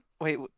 wait